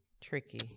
Tricky